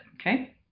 Okay